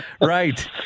Right